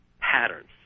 patterns